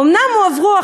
אומנם הועברו,